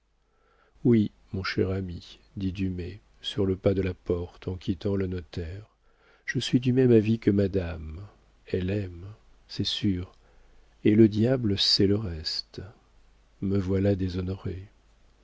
oui mon cher ami dit dumay sur le pas de la porte en quittant le notaire je suis du même avis que madame elle aime c'est sûr et le diable sait le reste me voilà déshonoré